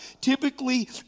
Typically